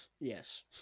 Yes